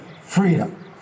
freedom